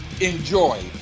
Enjoy